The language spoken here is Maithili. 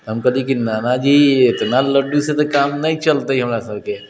हम कहलिए कि नानाजी एतना लड्डूसँ तऽ काम नहि चलतै हमरा सबके